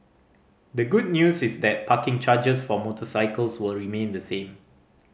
the good news is that parking charges for motorcycles will remain the same